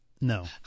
no